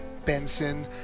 benson